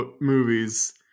movies